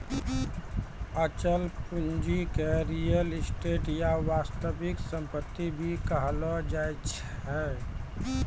अचल पूंजी के रीयल एस्टेट या वास्तविक सम्पत्ति भी कहलो जाय छै